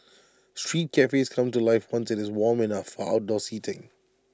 street cafes come to life once IT is warm enough of outdoor seating